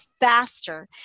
faster